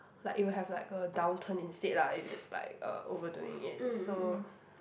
like it would have like a downturn instead lah if it's like uh overdoing it so